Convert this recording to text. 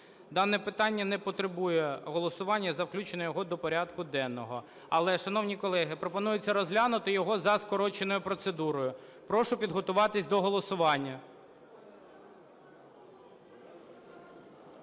Дане питання не потребує голосування за включення його до порядку денного. Але, шановні колеги, пропонується розглянути його за скороченою процедурою. Прошу підготуватися до голосування,